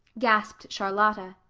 gasped charlotta,